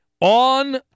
on